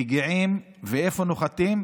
מגיעים, ואיפה נוחתים?